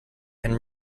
and